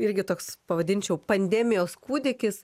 irgi toks pavadinčiau pandemijos kūdikis